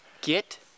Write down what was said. get